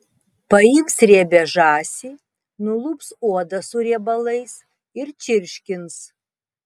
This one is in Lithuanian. paims riebią žąsį nulups odą su riebalais ir čirškins